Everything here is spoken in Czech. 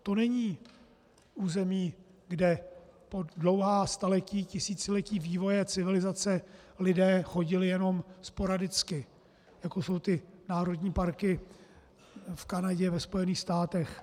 To není území, kde po dlouhá staletí, tisíciletí vývoje civilizace lidé chodili jenom sporadicky, jako jsou ty národní parky v Kanadě, ve Spojených státech.